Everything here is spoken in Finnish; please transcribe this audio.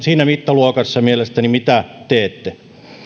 siinä mittaluokassa kuin teette